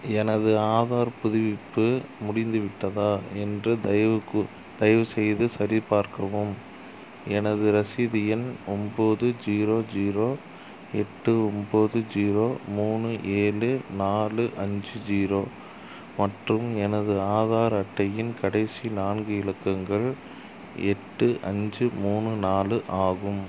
எனது ஆதார் புதுப்பிப்பு முடிந்துவிட்டதா என்று தயவு கூ தயவு செய்து சரிபார்க்கவும் எனது ரசீது எண் ஒம்பது ஜீரோ ஜீரோ எட்டு ஒம்பது ஜீரோ ஜீரோ மூணு ஏழு நாலு அஞ்சு ஜீரோ மற்றும் எனது ஆதார் அட்டையின் கடைசி நான்கு இலக்கங்கள் எட்டு அஞ்சு மூணு நாலு ஆகும்